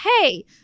hey